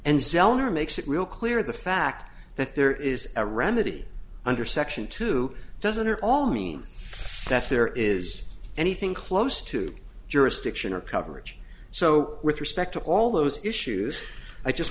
and zellner makes it real clear the fact that there is a remedy under section two doesn't or all mean that there is anything close to jurisdiction or coverage so with respect to all those issues i just